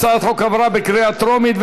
הצעת החוק עברה בקריאה טרומית,